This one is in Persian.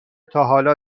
تاحالا